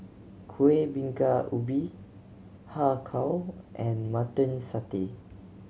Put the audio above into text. Kuih Bingka Ubi Har Kow and Mutton Satay